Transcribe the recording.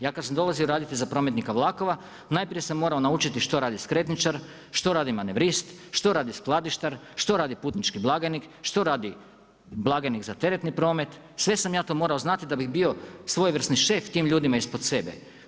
Ja kad sam dolazio raditi za prometnika vlakova, najprije sam morao naučiti što rade skretničar, što radi manevrist, što radi skladištar, što radi putnički blagajni, što radi blagajnik za teretni promet, sve sam ja to morao znati da bi bio svojevrsni šef tim ljudima ispod sebe.